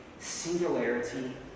singularity